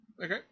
Okay